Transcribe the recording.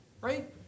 right